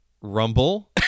Rumble